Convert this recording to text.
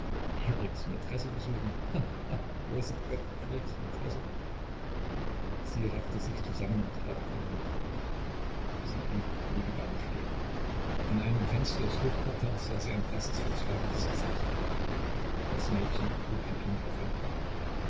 maitresse besuchen ha ha großer gott eriks maitresse sie raffte sich zusammen und trat auf den hof sie blieb wie gebannt stehen in einem fenster des hofparterre sah sie ein blasses verzweifeltes gesicht das mädchen trug ein kind auf dem arm